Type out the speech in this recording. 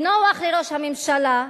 ונוח לראש הממשלה,